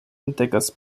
entdeckers